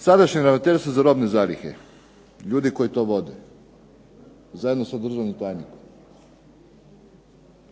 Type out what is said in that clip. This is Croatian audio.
Sadašnje ravnateljstvo za robne zalihe, ljudi koji to vode, zajedno sa državnim tajnikom,